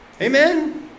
Amen